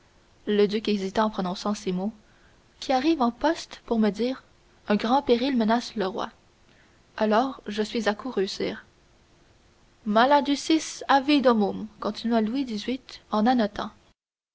le duc hésita en prononçant ces mots qui arrive en poste pour me dire un grand péril menace le roi alors je suis accouru sire mala ducis agi domum continua louis xviii en annotant